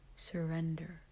Surrender